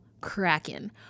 Kraken